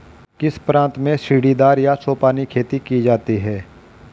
किस प्रांत में सीढ़ीदार या सोपानी खेती की जाती है?